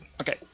Okay